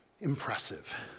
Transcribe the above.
impressive